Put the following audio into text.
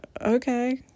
Okay